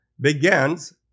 begins